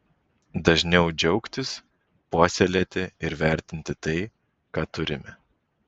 dažniau džiaugtis puoselėti ir vertinti tai ką turime